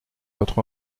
votre